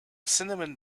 cinnamon